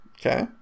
okay